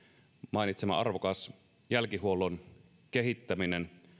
mainitsema arvokas jälkihuollon kehittäminen